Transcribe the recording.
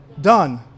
done